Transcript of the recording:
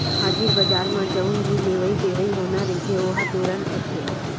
हाजिर बजार म जउन भी लेवई देवई होना रहिथे ओहा तुरते होथे